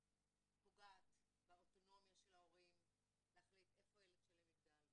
פוגעת באוטונומיה של ההורים להחליט איפה הילד שלהם יגדל,